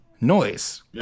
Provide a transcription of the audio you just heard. noise